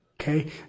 Okay